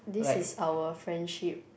this is our friendship